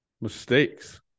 mistakes